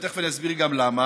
ותכף אני אסביר גם למה,